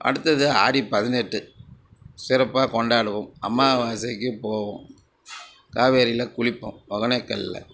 அடுத்தது ஆடி பதினெட்டு சிறப்பாக கொண்டாடுவோம் அமாவாசைக்கு போவோம் காவேரியில் குளிப்போம் ஒகேனக்கலில்